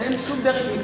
ואין שום דרך,